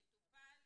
טוב.